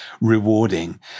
rewarding